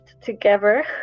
together